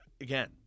again